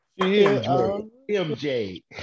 MJ